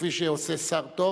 כפי שעושה שר טוב,